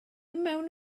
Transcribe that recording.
mewn